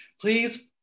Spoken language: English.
Please